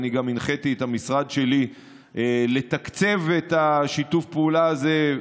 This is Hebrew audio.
הנחיתי את המשרד שלי גם לתקצב את שיתוף הפעולה הזה.